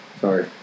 Sorry